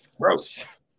Gross